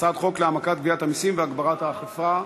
הצעת חוק להעמקת גביית המסים והגברת האכיפה,